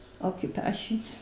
occupation